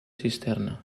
cisterna